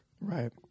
Right